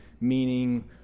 meaning